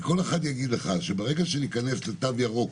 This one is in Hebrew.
כי כל אחד יגיד לך שברגע שניכנס לתו ירוק,